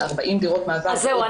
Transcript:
של 40 דירות מעבר- -- אז זהו,